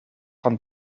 van